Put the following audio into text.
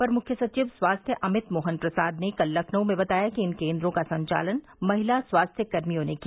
अपर मुख्य सचिव स्वास्थ्य अमित मोहन प्रसाद ने कल लखनऊ में बताया कि इन केंद्रों का संचालन महिला स्वास्थ्य कर्मियों ने किया